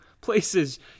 places